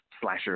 Slasher